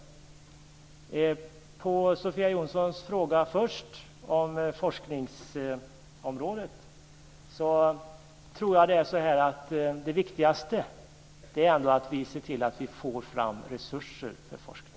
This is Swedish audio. När det gäller Sofia Jonssons första fråga, om forskningsområdet, tror jag ändå att det viktigaste är att vi får fram resurser för forskning.